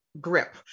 grip